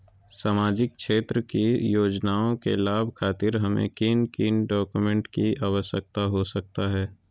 सामाजिक क्षेत्र की योजनाओं के लाभ खातिर हमें किन किन डॉक्यूमेंट की आवश्यकता हो सकता है?